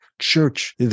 Church